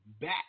back